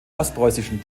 ostpreußischen